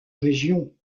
région